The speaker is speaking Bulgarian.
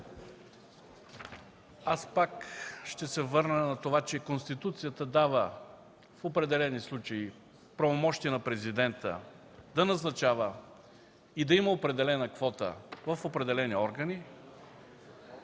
Пак ще се върна на това, че Конституцията дава, в определени случаи, правомощия на президента да назначава и да има определена квота в определени органи.